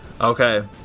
Okay